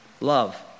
Love